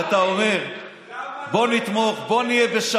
אחד שקם בבוקר חושב שהוא מלך ומותר לו